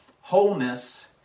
wholeness